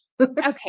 Okay